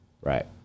Right